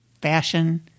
fashion